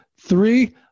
three